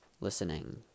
listening